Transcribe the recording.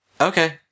Okay